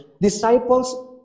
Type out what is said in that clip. disciples